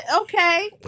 okay